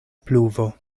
pluvo